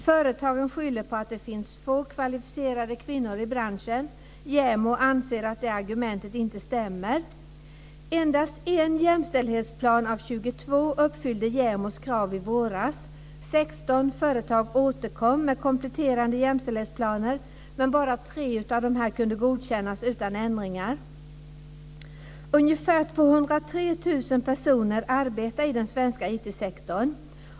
Företagen skyller på att det finns få kvalificerade kvinnor i branschen. JämO anser att det argumentet inte stämmer. Endast en jämställdhetsplan av 22 uppfyllde JämO:s krav i våras. 16 företag återkom med kompletterande jämställdhetsplaner, men bara tre av dessa kunde godkännas utan ändringar. IT-sektorn.